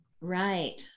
right